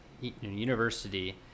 university